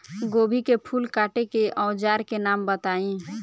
गोभी के फूल काटे के औज़ार के नाम बताई?